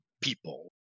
people